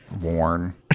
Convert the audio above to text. worn